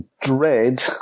Dread